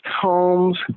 homes